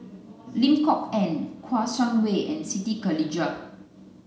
Lim Kok Ann Kouo Shang Wei and Siti Khalijah